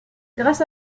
grâce